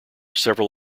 several